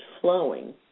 flowing